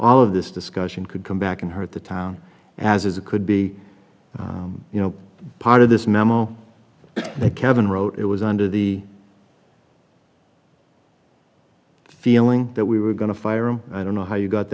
all of this discussion could come back and hurt the town as it could be you know part of this memo that kevin wrote it was under the feeling that we were going to fire him i don't know how you got